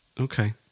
Okay